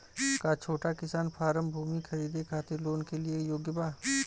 का छोटा किसान फारम भूमि खरीदे खातिर लोन के लिए योग्य बा?